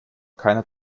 keiner